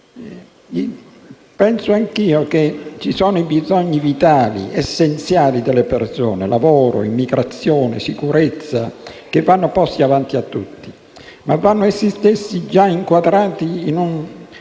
Penso anch'io che esistano i bisogni vitali ed essenziali delle persone (lavoro, immigrazione, sicurezza), che vanno posti avanti a tutto, ma che vanno essi stessi già inquadrati in un